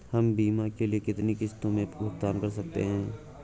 हम बीमा के लिए कितनी किश्तों में भुगतान कर सकते हैं?